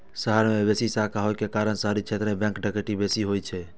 शहर मे बेसी शाखा होइ के कारण शहरी क्षेत्र मे बैंक डकैती बेसी होइ छै